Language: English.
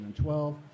2012